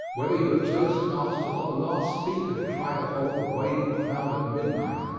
whether you are toast-master or the last speaker to try to hold the waning crowd at midnight,